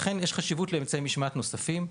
לכן יש חשיבות לאמצעי המשמעת הנוספים.